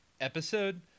episode